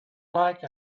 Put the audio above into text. like